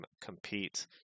compete